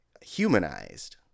humanized